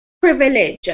privilege